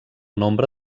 nombre